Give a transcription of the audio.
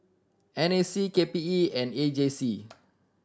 N A C K P E and A J C